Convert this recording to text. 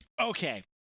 okay